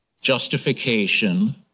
justification